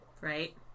right